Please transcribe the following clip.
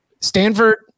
Stanford